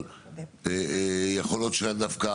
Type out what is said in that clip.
אבל יכול להיות שדווקא